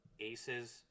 aces